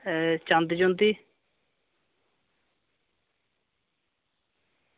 एह् चांदी